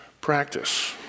practice